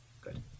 Good